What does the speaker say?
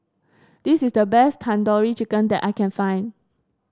this is the best Tandoori Chicken that I can find